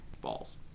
Balls